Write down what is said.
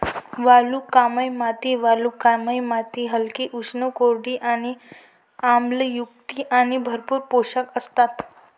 वालुकामय माती वालुकामय माती हलकी, उष्ण, कोरडी आणि आम्लयुक्त आणि भरपूर पोषक असतात